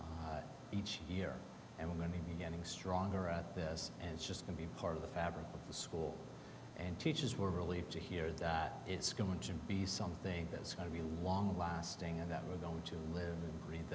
each year and we're going to be getting stronger at this and it's just going to be part of the fabric of the school and teachers were relieved to hear that it's going to be something that's going to be long lasting and that we're going to live